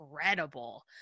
incredible